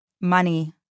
Money